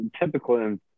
typical